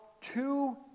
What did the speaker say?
two